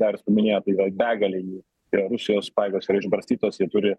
darius paminėjo tai yra begalė jų yra rusijos pajėgos yra išbarstytos jie turi